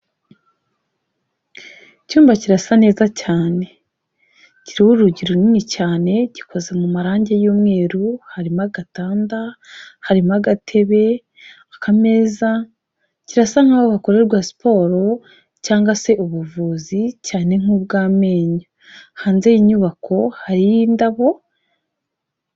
Icyumba kirasa neza cyane, kiriho urugi runini cyane gikoze mu marangi y'umweru harimo agatanda, harimo agatebe, akameza, kirasa nkaho bakorerwa siporo cyangwa se ubuvuzi cyane nk'ubwamenyo, hanze y'inyubako hariyo indabo,..